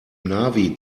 navi